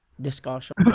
discussion